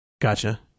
gotcha